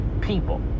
people